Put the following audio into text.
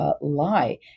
Lie